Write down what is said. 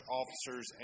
officers